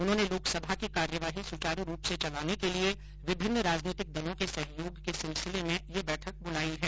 उन्होंने लोकसभा की कार्यवाही सुचारू रूप से चलाने के लिए विभिन्न राजनीतिक दलों के सहयोग के सिलसिले में यह बैठक बुलाई है